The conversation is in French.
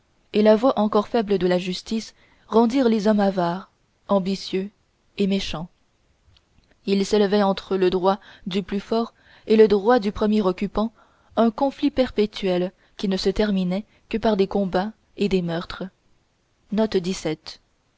et la voix encore faible de la justice rendirent les hommes avares ambitieux et méchants il s'élevait entre le droit du plus fort et le droit du premier occupant un conflit perpétuel qui ne se terminait que par des combats et des meurtres